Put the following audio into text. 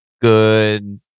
good